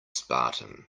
spartan